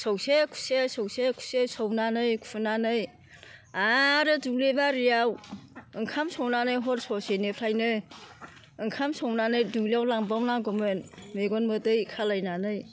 सौसे खुसे सौसे खुसे सौनानै खुनानै आरो दुब्लि बारियाव ओंखाम संनानै हर ससेनिफ्रायनो ओंखाम संनानै दुब्लियाव लांबावनांगौमोन मेगन मोदै खालामनानै